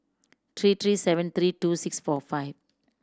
three three seven three two six four five